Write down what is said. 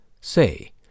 Say